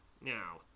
Now